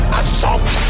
assault